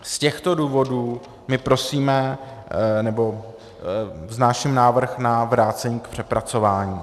Z těchto důvodů my prosíme nebo vznáším návrh na vrácení k přepracování.